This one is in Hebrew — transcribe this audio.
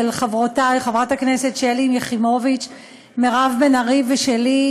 חברותי חברות הכנסת שלי יחימוביץ ומירב בן ארי ושלי,